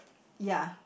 ya